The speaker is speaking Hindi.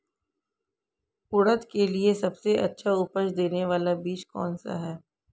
उड़द के लिए सबसे अच्छा उपज देने वाला बीज कौनसा है?